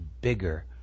bigger